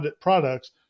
products